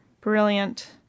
Brilliant